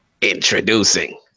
Introducing